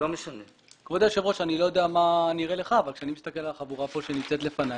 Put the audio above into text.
אבל כשאני מסתכל על החבורה שנמצאת כאן לפני,